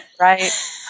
Right